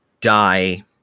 die